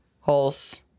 holes